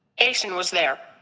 asan was there.